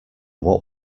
what